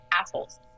assholes